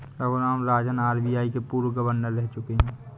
Raghuram Rajan RBI के पूर्व governor रह चुके हैं